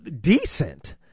decent